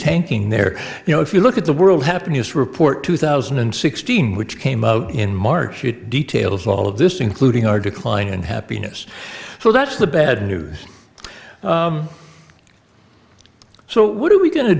tanking there you know if you look at the world happiness report two thousand and sixteen which came out in march it details all of this including our decline and happiness so that's the bad news so what are we go